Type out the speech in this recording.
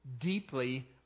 deeply